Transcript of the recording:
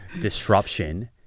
disruption